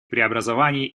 преобразований